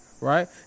right